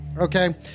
okay